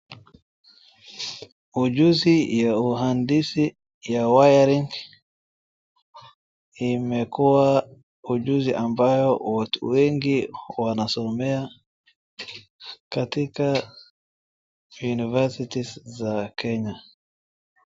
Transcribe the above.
Ujuzu ya uhandisi ya wiring , imekuwa ujuzi ambayo watu wengi wanasomea katika universities za Kenya.